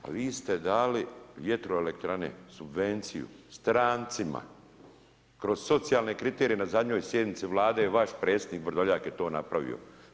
A vi ste dali vjetroelektrane subvenciju strancima kroz socijalne kriterije, na zadnjoj sjednici vaš predstavnik Vrdoljak je to napravio.